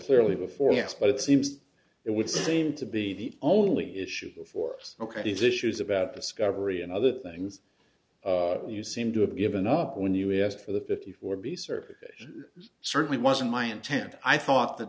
clearly before us but it seems it would seem to be the only issue before us ok these issues about discovery and other things you seem to have given up when you asked for the fifty four b service it certainly wasn't my intent i thought that